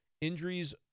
injuries